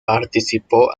participó